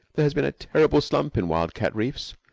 there has been a terrible slump in wildcat reefs.